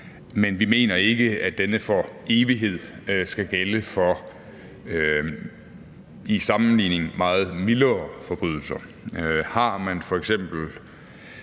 men vi mener ikke, at dette »for evigt« skal gælde for – i sammenligning med dette – meget mildere forbrydelser. Har man f.eks.